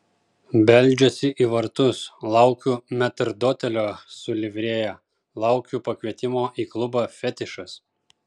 beldžiuosi į vartus laukiu metrdotelio su livrėja laukiu pakvietimo į klubą fetišas